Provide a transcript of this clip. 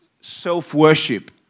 self-worship